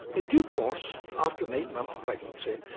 in due course, after an eight month pregnancy,